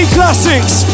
Classics